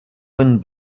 wind